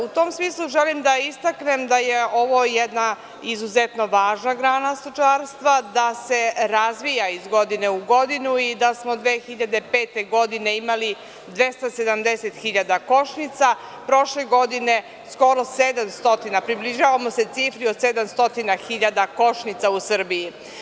U tom smislu, želim da istaknem da je ovo jedna izuzetno važna grana stočarstva, da se razvija iz godine u godinu i da smo 2005. godine imali 270 hiljada košnica, prošle godine skoro 700, približavamo se cifri od 700 hiljada košnica u Srbiji.